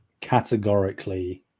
categorically